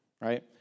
right